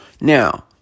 Now